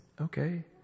okay